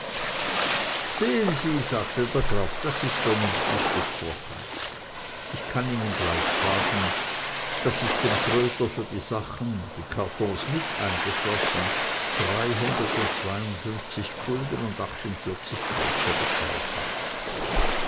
sehen sie sagte der graf das ist vernünftig gesprochen ich kann ihnen gleich sagen daß ich dem trödler für die sachen die kartons mit eingeschlossen dreihundertundzweiundfünfzig gulden und achtundvierzig kreuzer bezahlt habe